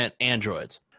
androids